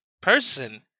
person